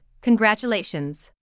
Congratulations